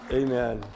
amen